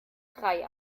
drei